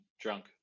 drunk